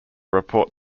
report